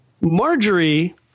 Marjorie